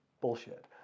bullshit